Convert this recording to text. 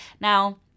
Now